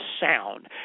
Sound